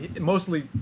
Mostly